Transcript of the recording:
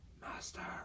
Master